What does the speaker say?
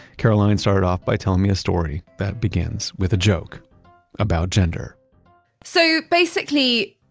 caroline started off by telling me a story that begins with a joke about gender so basically,